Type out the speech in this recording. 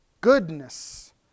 goodness